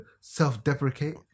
self-deprecate